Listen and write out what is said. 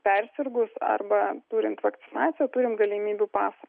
persirgus arba turint vakcinaciją turim galimybių pasą